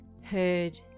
heard